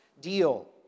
deal